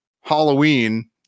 halloween